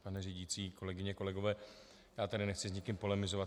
Pane řídící, kolegyně, kolegové, já tady nechci s nikým polemizovat.